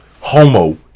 Homo